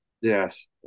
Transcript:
Yes